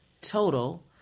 total